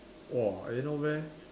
!whoa! eh not bad